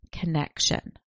connection